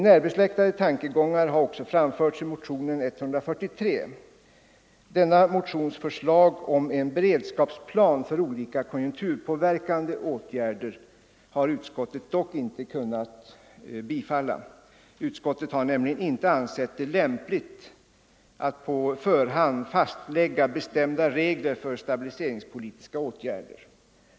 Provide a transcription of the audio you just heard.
Närbesläktade tankegångar har också framförts i motionen 143. Denna motions förslag om en beredskapsplan för olika konjunkturpåverkande åtgärder har utskottet dock inte kunnat tillstyrka. Utskottet har nämligen inte ansett det lämpligt att på förhand fastlägga bestämda regler för stabiliseringspolitiska åtgärder.